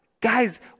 guys